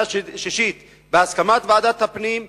שנה שישית, בהסכמת ועדת הפנים.